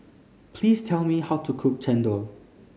please tell me how to cook Chendol